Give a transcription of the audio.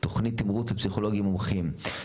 תוכנית תמרוץ לפסיכולוגים מומחים,